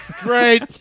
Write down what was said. Great